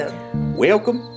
welcome